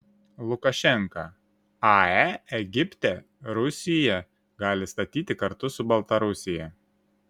lukašenka ae egipte rusija gali statyti kartu su baltarusija